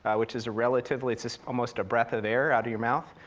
which is a relatively, it's it's almost a breath of air out of your mouth.